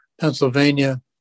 Pennsylvania